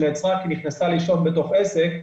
כי נכנסה לישון בתוך עסק.